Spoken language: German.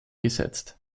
gesetzt